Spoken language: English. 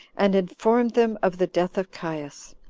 and informed them of the death of caius,